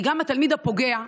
גם לתלמיד הפוגע.